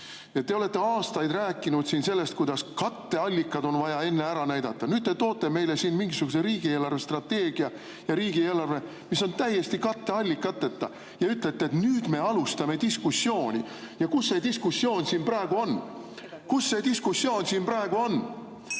Te olete aastaid rääkinud sellest, kuidas katteallikad on vaja enne ära näidata, nüüd te toote meile siin mingisuguse riigi eelarvestrateegia ja riigieelarve, mis on täiesti katteallikateta. Ja ütlete, et nüüd me alustame diskussiooni. Kus see diskussioon siin praegu on? Kus see diskussioon siin praegu on?!